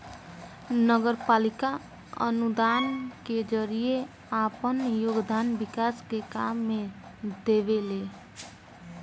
नगरपालिका अनुदान के जरिए आपन योगदान विकास के काम में देवेले